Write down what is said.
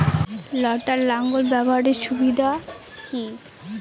লটার লাঙ্গল ব্যবহারের সুবিধা কি?